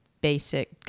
basic